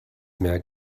mehr